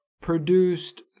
produced